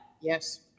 Yes